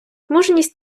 мужність